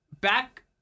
back